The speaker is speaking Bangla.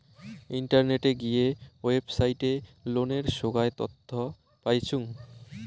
ইন্টারনেটে গিয়ে ওয়েবসাইটে লোনের সোগায় তথ্য পাইচুঙ